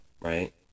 right